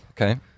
Okay